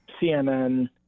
CNN